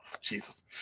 Jesus